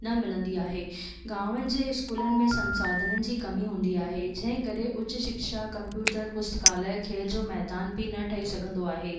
न मिलंदी आहे गामनि जे स्कूलनि में संसाधननि जी कमी हूंदी आहे जंहिं करे ऊच शिक्षा कम्पयूटर पुस्तकाल्य खेल जो मेदान बि न ठही सघंदो आहे